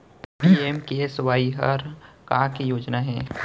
PMKSY हर का के योजना हे?